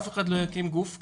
אף אחד לא יתאים גוף כזה,